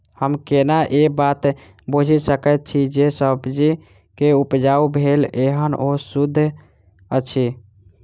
हम केना ए बात बुझी सकैत छी जे सब्जी जे उपजाउ भेल एहन ओ सुद्ध अछि?